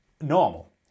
normal